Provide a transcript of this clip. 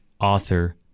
author